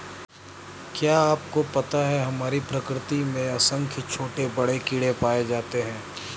क्या आपको पता है हमारी प्रकृति में असंख्य छोटे बड़े कीड़े पाए जाते हैं?